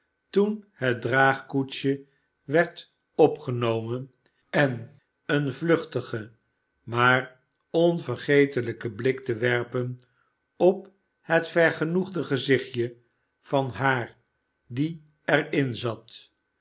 toen het draagkoetsje werd opgenomen en een vluchtigen maar onvergetelijken bhk te serpen op het vergenoegde gezichtje van haar die er m zat